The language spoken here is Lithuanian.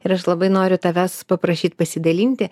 ir aš labai noriu tavęs paprašyt pasidalinti